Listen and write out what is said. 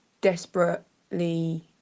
Desperately